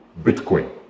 Bitcoin